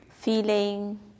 Feeling